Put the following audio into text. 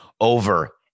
over